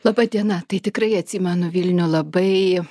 laba diena tai tikrai atsimenu vilnių labai